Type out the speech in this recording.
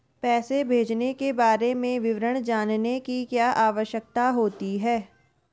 पैसे भेजने के बारे में विवरण जानने की क्या आवश्यकता होती है?